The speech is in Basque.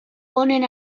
honen